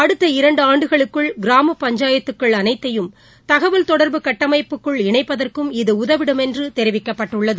அடுத்த இரண்டுஆண்டுகளுக்குள் கிராம பஞ்சாயத்துகள் அனைத்தையும் தகவல் தொடர்பு கட்டமைப்புகளை இணைப்பதற்கும் இது உதவிடும் என்றுதெரிவிக்கப்பட்டுள்ளது